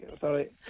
Sorry